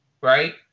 right